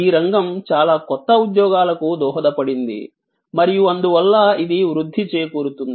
ఈ రంగం చాలా కొత్త ఉద్యోగాలకు దోహదపడింది మరియు అందువల్ల ఇది వృద్ధి చేకూరుస్తుంది